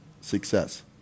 success